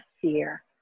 fear